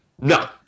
No